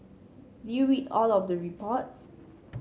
did you read all of the reports